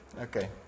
Okay